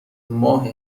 ماه